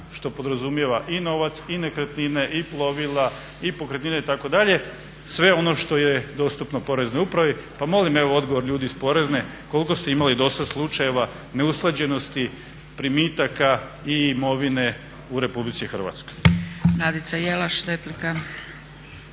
što podrazumijeva i novac i nekretnine i plovila i pokretnine itd., sve ono što je dostupno poreznoj upravi pa molim evo odgovor ljudi iz porezne koliko ste imali dosad slučajeva neusklađenosti primitaka i imovine u Republici Hrvatskoj.